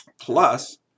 Plus